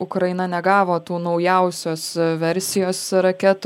ukraina negavo tų naujausios versijos raketų